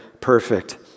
perfect